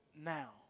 now